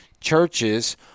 churches